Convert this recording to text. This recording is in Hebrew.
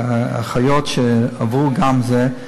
והאחיות עברו גם את זה,